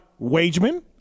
Wageman